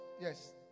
yes